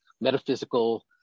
metaphysical